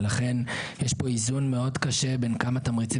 ולכן יש פה איזון מאוד קשה בין כמה תמריצים